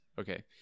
Okay